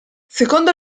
secondo